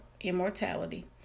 immortality